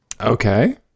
Okay